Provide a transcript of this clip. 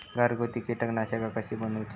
घरगुती कीटकनाशका कशी बनवूची?